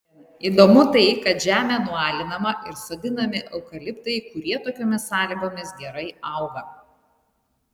įdomu tai kad žemė nualinama ir sodinami eukaliptai kurie tokiomis sąlygomis gerai auga